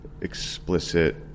explicit